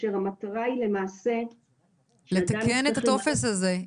כאשר המטרה היא למעשה --- לתקן את הטופס הזה.